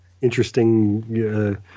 interesting